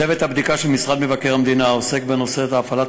צוות הבדיקה של משרד מבקר המדינה העוסק בנושא הפעלת